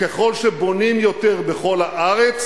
ככל שבונים יותר בכל הארץ,